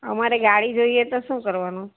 અમારે ગાડી જોઇએ તો શું કરવાનું